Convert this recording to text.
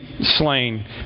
slain